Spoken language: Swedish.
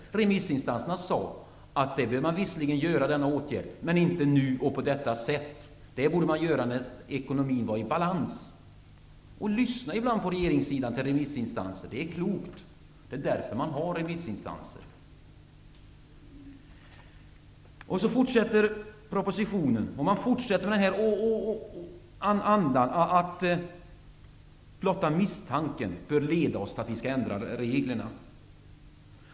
De sade att man visserligen bör vidta denna åtgärd, men inte nu och på detta sätt. Det borde man göra när ekonomin var i balans. Regeringen borde ibland lyssna på remissinstanser. Det är klokt. Det är därför man har remissinstanser. Regeringen fortsätter i propositionen i andan att blotta misstanken bör leda oss till att vi skall ändra reglerna.